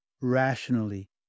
rationally